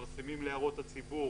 מפרסמים להערות הציבור,